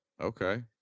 Okay